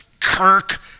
kirk